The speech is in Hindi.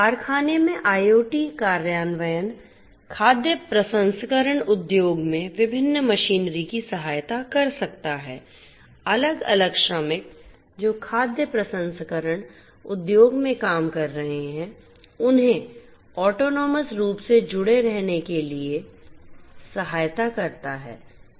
कारखाने में IoT कार्यान्वयन खाद्य प्रसंस्करण उद्योग में विभिन्न मशीनरी की सहायता कर सकता है अलग अलग श्रमिक जो खाद्य प्रसंस्करण उद्योग में काम कर रहे हैं उन्हें ऑटोनोमस रूप से जुड़े रहने के लिए सहायता करता है